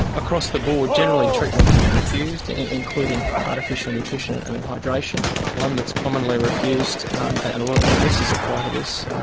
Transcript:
across the board, generally treatment can be refused, including artificial nutrition and and hydration. one that's commonly refused, and a lot of the cases apply to this,